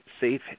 safe